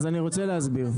אני רוצה להסביר,